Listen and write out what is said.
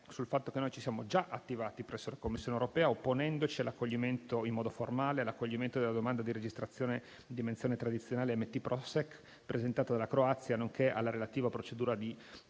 sul fatto che ci siamo già attivati presso la Commissione europea opponendoci in modo formale all'accoglimento della domanda di registrazione di menzione tradizionale (MT) "Prosek" presentata della Croazia, nonché alla relativa procedura di